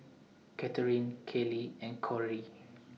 Catherine Kayli and Cori